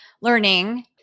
learning